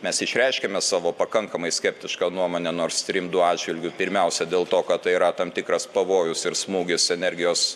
mes išreiškiame savo pakankamai skeptišką nuomonę nord stream du atžvilgiu pirmiausia dėl to kad tai yra tam tikras pavojus ir smūgis energijos